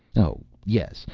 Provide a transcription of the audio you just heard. oh yes,